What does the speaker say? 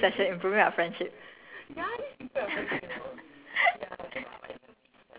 okay okay I know where your landmines are now okay very good this bonding session improving our friendship